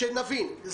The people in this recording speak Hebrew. נבין,